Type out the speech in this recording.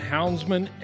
Houndsman